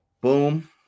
Boom